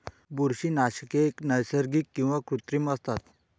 बुरशीनाशके नैसर्गिक किंवा कृत्रिम असतात